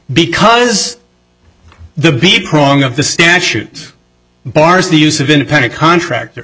because the big prong of the statute bars the use of independent contractor